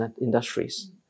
industries